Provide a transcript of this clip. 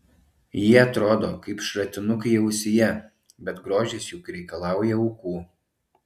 jie atrodo kaip šratinukai ausyje bet grožis juk reikalauja aukų